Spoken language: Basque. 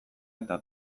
eta